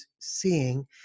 seeing